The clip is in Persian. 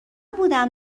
بودم